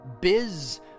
Biz